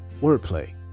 wordplay